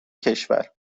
کشور